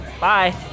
Bye